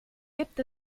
gibt